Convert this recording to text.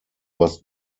was